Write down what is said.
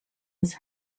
his